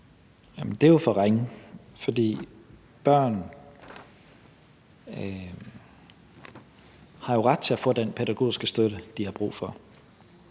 det er jo for ringe. For børn har jo ret til at få den pædagogiske støtte, de har brug for.